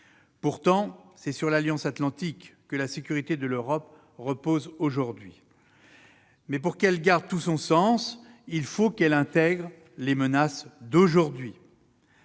Pourtant, c'est sur l'Alliance atlantique que la sécurité de l'Europe repose aujourd'hui. Mais pour qu'elle garde tout son sens, il faut qu'elle intègre les menaces d'aujourd'hui.